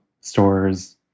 stores